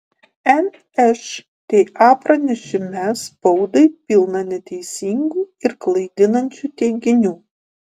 nšta pranešime spaudai pilna neteisingų ir klaidinančių teiginių